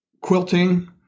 quilting